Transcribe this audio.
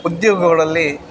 ಉದ್ಯೋಗಗಳಲ್ಲಿ